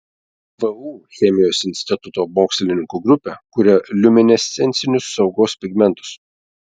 vu chemijos instituto mokslininkų grupė kuria liuminescencinius saugos pigmentus